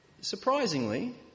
surprisingly